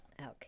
Okay